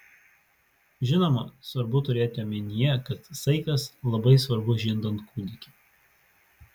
žinoma svarbu turėti omenyje kad saikas labai svarbu žindant kūdikį